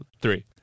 three